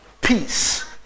Peace